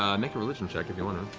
um make a religion check if you want to.